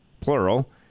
plural